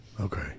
Okay